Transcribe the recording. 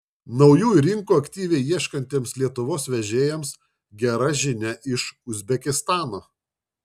naujų rinkų aktyviai ieškantiems lietuvos vežėjams gera žinia iš uzbekistano